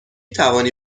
توانی